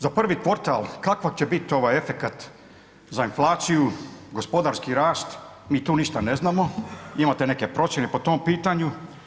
Za prvi kvartal, kakva će bit ovaj efekat za inflaciju, gospodarski rast, mi tu ništa ne znamo, imate neke procjene po tom pitanju?